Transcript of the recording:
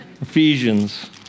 Ephesians